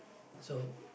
so